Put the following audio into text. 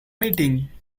meeting